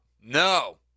No